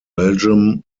belgium